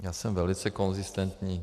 Já jsem velice konzistentní.